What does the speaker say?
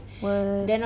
what